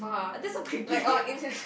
that's so creepy